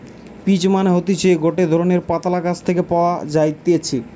peach মানে হতিছে গটে ধরণের পাতলা গাছ থেকে পাওয়া যাইতেছে